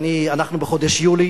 אנחנו בחודש יולי,